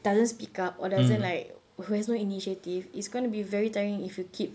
doesn't speak up or doesn't like who has no initiative it's going to be very tiring if you keep